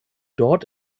dort